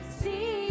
see